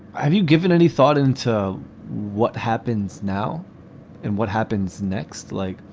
have you given any thought into what happens now and what happens next? like,